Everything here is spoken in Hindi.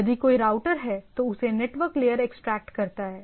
यदि कोई राउटर है तो उसे नेटवर्क लेयर एक्सट्रैक्ट करता है